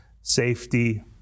safety